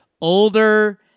older